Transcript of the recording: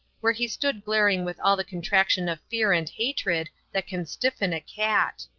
where he stood glaring with all the contraction of fear and hatred that can stiffen a cat.